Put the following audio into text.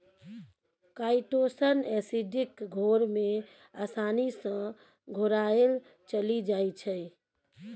chitosan acidic घोर मे आसानी सँ घोराएल चलि जाइ छै